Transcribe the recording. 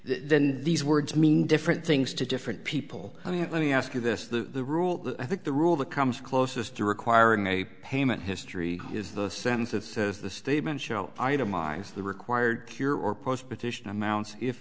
then these words mean different things to different people i mean let me ask you this the rule i think the rule that comes closest to requiring a payment history is the sense of the statement you know itemize the required cure or post petition amounts if